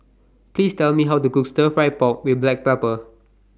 Please Tell Me How to Cook Stir Fry Pork with Black Pepper